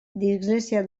dislexia